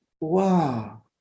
Wow